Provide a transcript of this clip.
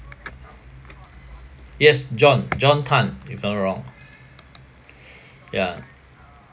yes john john tan if I'm not wrong ya